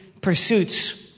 pursuits